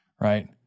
Right